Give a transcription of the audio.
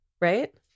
right